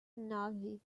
nove